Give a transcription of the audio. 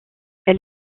elle